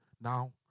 Now